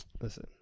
Listen